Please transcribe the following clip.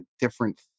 different